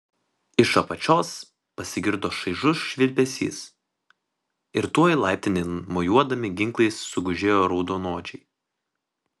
iš apačios pasigirdo šaižus švilpesys ir tuoj laiptinėn mojuodami ginklais sugužėjo raudonodžiai